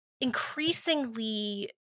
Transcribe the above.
increasingly